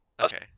Okay